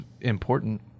important